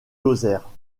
lozère